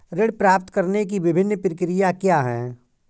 ऋण प्राप्त करने की विभिन्न प्रक्रिया क्या हैं?